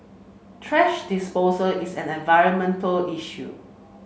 thrash disposal is an environmental issue